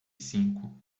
cinco